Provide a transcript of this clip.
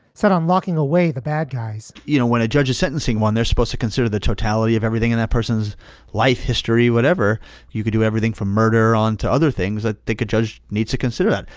said on locking away the bad guys you know, when a judge is sentencing one, they're supposed to consider the totality of everything in that person's life history, whatever you can do, everything from murder on to other things. i think a judge needs to consider that.